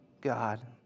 God